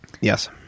Yes